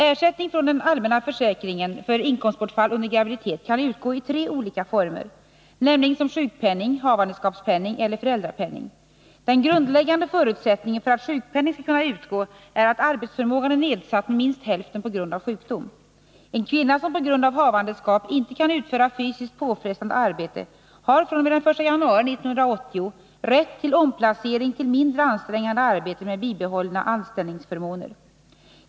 Ersättning från den allmänna försäkringen för inkomstbortfall under graviditet kan utgå i tre olika former, nämligen som sjukpenning, havandeskapspenning eller föräldrapenning. Den grundläggande förutsättningen för att sjukpenning skall kunna utgå är att arbetsförmågan är nedsatt med minst hälften på grund av sjukdom. En kvinna som på grund av havandeskap inte kan utföra fysiskt påfrestande arbete har fr.o.m. den 1 januari 1980 rätt till omplacering till mindre ansträngande arbete med bibehållna anställningsförmåner.